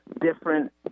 different